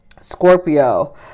Scorpio